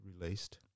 released